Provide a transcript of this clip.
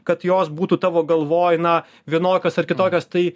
kad jos būtų tavo galvoj na vienokios ar kitokios tai